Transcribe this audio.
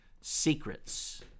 secrets